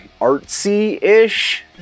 artsy-ish